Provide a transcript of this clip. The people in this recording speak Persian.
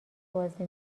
بازی